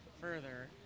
further